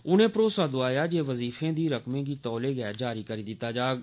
उनें भरोसा दिता जे वज़ीफें दी रकमें गी तौले गै जारी करी दिता जाग